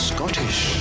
Scottish